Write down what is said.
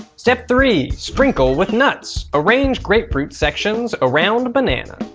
step three sprinkle with nuts. arrange grapefruit sections around bananas.